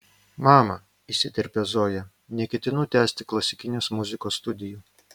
mama įsiterpia zoja neketinu tęsti klasikinės muzikos studijų